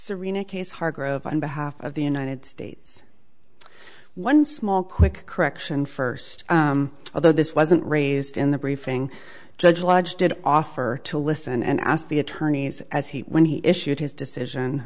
serena case hargrove on behalf of the united states one small quick correction first although this wasn't raised in the briefing judge lodge did offer to listen and asked the attorneys as he when he issued his decision